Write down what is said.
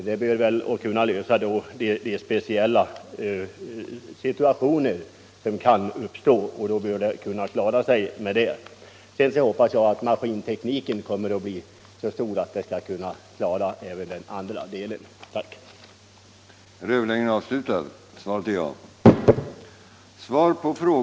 Det bör kunna lösa problemen i de speciella situationer som kan uppstå, och då bör man kunna klara sig med det L.N; Sedan hoppas jag att maskintekniken blir så avancerad att den kan klara även de andra anvisningarna.